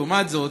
לעומת זאת,